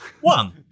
One